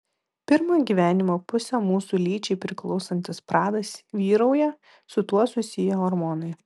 pirmą gyvenimo pusę mūsų lyčiai priklausantis pradas vyrauja su tuo susiję hormonai